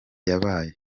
yabaye